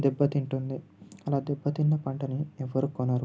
దెబ్బతింటుంది అలా దెబ్బతిన్న పంటని ఎవరూ కొనరు